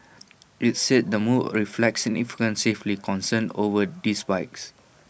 IT said the move reflects significant safety concerns over these bikes